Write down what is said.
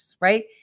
right